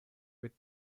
with